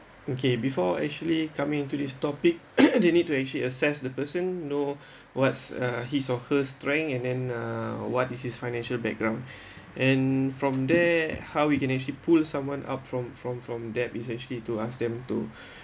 okay before actually come into this topic they need to actually assess the person know what's uh his or her strength and then uh what is his financial background and from there how we can actually pull someone up from from from debt is actually to ask them to